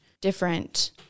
different